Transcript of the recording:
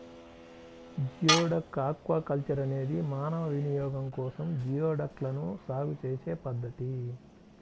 geoduck aquaculture అనేది మానవ వినియోగం కోసం జియోడక్లను సాగు చేసే పద్ధతి